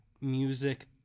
music